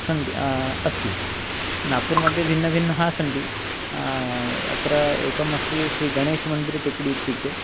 सन्ति अस्ति नाग्पूर् मध्ये भिन्नभिन्नः सन्ति अत्र एकम् अस्ति श्रीगणेशमन्दिरटिकडि इत्युक्ते